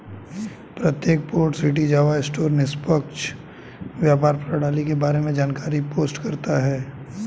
प्रत्येक port city Java store निष्पक्ष व्यापार प्रणाली के बारे में जानकारी पोस्ट करता है